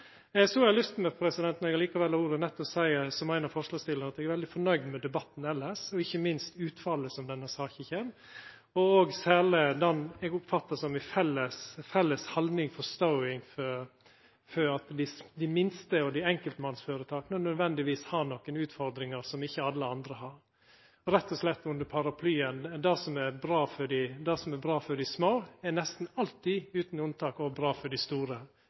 Så har eg lyst til, når eg likevel har ordet, seia som ein av forslagsstillarane, at eg er veldig fornøyd med debatten elles og ikkje minst med utfallet av saka. Eg er òg veldig fornøyd med det eg oppfattar som ei felles haldning og forståing for at dei minste føretaka og enkeltmannsføretaka nødvendigvis har nokre utfordringar som ikkje alle andre har, under paraplyen: Det som er bra for dei små, er nesten alltid og utan unntak òg bra for dei store.